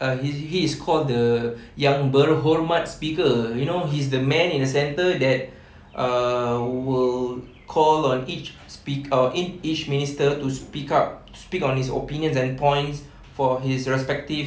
uh he he's called the yang berhormat speaker you know he's the man in the centre that uh will call on each speak~ uh each minister to speak up speak on his opinions and points for his respective